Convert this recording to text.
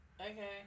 Okay